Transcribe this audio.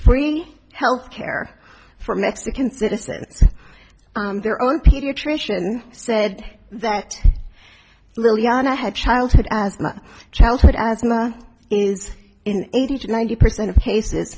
free health care for mexican citizens their own pediatrician said that liliana had childhood asthma childhood asthma is in eighty to ninety percent of cases